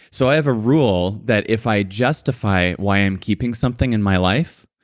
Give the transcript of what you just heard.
so i have a rule that if i justify why i'm keeping something in my life,